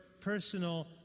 personal